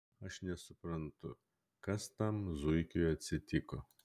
aš nesuprantu kas tam zuikai atsitiko